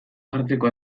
jartzeko